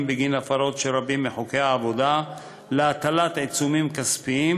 בגין הפרות של רבים מחוקי העבודה להטלת עיצומים כספיים,